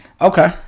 Okay